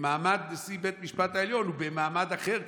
ומעמד נשיא בית המשפט העליון הוא מעמד אחר,